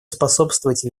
способствовать